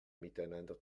miteinander